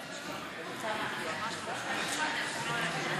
סעיפים 18 21,